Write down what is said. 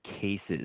cases